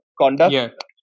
conduct